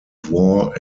war